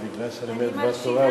בגלל שאני אומר דבר תורה,